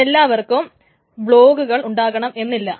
എല്ലാ പേർക്കും ബ്ലോഗ്കൾ ഉണ്ടാകണമെന്നില്ല